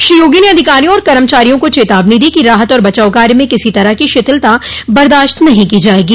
श्री योगी ने अधिकारियों और कर्मचारियों को चेतावनी दी कि राहत और बचाव कार्य में किसी तरह की शिथिलता बर्दाश्त नहीं की जायेगी